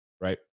right